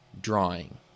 drawing